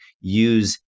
use